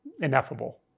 ineffable